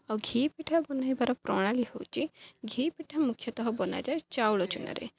ଆଉ ଘିଅ ପିଠା ବନାଇବାର ପ୍ରଣାଳୀ ହେଉଛି ଘିଅ ପିଠା ମୁଖ୍ୟତଃ ବନାଯାଏ ଚାଉଳ ଚୁନାରେ